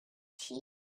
sheep